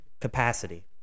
capacity